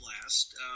last